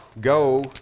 go